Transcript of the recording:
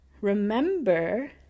Remember